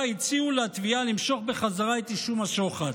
הציעו לתביעה למשוך בחזרה את אישום השוחד.